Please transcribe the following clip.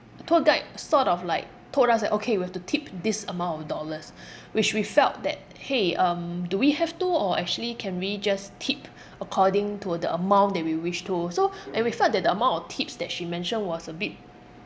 tour guide sort of like told us that okay we've to tip this amount of dollars which we felt that !hey! um do we have to or actually can we just tip according to the amount that we wish to so and we felt that the amount of tips that she mentioned was a bit